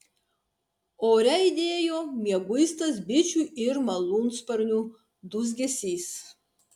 ore aidėjo mieguistas bičių ir malūnsparnių dūzgesys